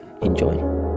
Enjoy